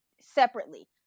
separately